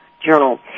Journal